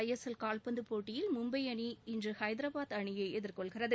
ISL கால்பந்துப் போட்டியில் மும்பை அணி இன்று ஹைதராபாத் அணியை எதிர்கொள்கிறது